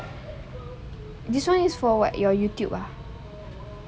this one is for what your youtube ah